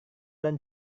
dan